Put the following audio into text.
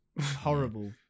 Horrible